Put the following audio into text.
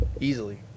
Easily